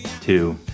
two